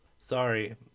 sorry